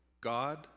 God